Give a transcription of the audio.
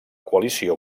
coalició